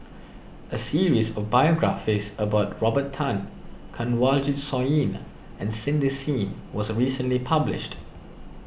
a series of biographies about Robert Tan Kanwaljit Soin and Cindy Sim was recently published